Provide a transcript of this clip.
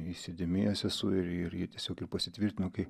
įsidėmėjęs esu ir ir ji tiesiog pasitvirtino kai